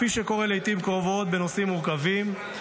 כפי שקורה לעיתים קרובות בנושאים מורכבים,